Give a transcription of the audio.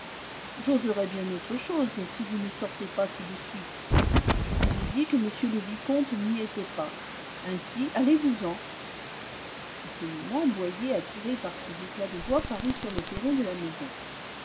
j'oserai bien autre chose si vous ne sortez pas tout de suite je vous ai dit que m le vicomte n'y était pas ainsi allez-vous-en à ce moment boyer attiré par ces éclats de voix parut sur le perron de la maison